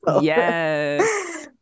Yes